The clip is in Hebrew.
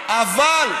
הלוואי,